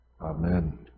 Amen